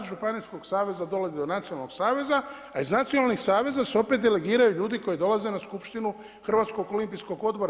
Iz županijskog saveza dolazi do nacionalnog saveza, a iz nacionalnih saveza se opet delegiraju ljudi koji dolaze na skupštinu Hrvatskog olimpijskog odbora.